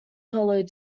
followed